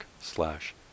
slash